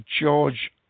george